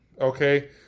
Okay